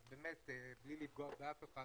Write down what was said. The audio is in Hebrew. אז באמת בלי לפגוע באף אחד,